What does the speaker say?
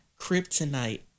kryptonite